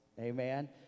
Amen